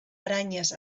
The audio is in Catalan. aranyes